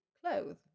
clothes